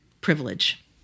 privilege